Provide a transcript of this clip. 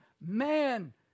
man